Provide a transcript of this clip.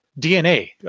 DNA